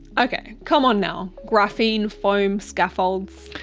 okay, come on now, graphene foam scaffolds?